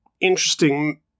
interesting